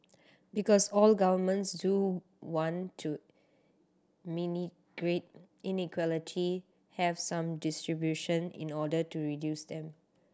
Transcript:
because all governments do want to mini inequality have some distribution in order to reduce them